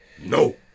no